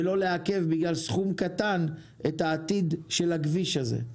לא לעכב בגלל סכום קטן את העתיד של הכביש הזה.